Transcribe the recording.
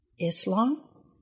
Islam